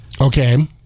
Okay